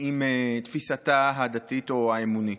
עם תפיסתה הדתית או האמונית.